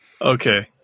Okay